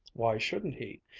why shouldn't he?